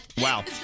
wow